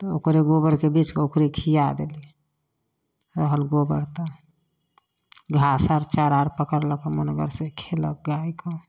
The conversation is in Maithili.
तऽ ओकरे गोबरके बेचके ओकरे खिआ देलही रहल गोबर तऽ घास अर चारा अर पकड़लक मनगरसँ खयलक गायके